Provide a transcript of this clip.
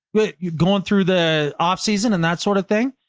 but you're going through the off season and that sort of thing.